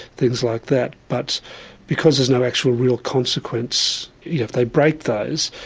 things like that. but because there's no actual real consequence, if they break those,